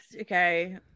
okay